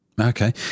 Okay